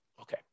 okay